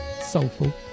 soulful